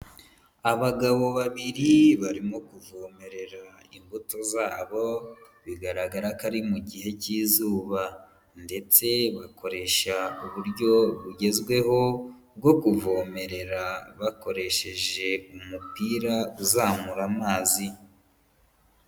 Abagabo babiri barimo kuvomerera imbuto zabo, bigaragara ko ari mu gihe cy'izuba ndetse bakoresha uburyo bugezweho bwo kuvomerera bakoresheje umupira uzamura amazi.